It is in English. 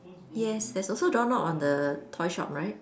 yes there's also doorknob on the toy shop right